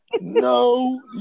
No